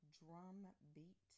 drumbeat